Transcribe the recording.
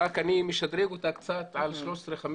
רק אני משדרג אותה קצת על 13,500